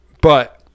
but-